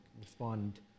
respond